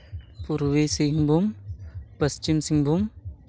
ᱯᱩᱨᱵᱚ ᱥᱤᱝᱵᱷᱩᱢ ᱯᱚᱥᱪᱤᱢ ᱥᱤᱝᱵᱷᱩᱢ